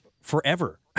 forever